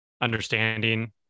understanding